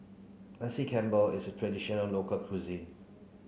Nasi Campur is a traditional local cuisine